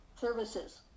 services